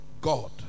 God